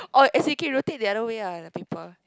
oh as in can rotate the other way ah the paper